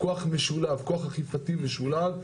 כוח אכיפתי משולב,